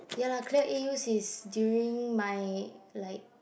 ya lah clear A_Us is during my like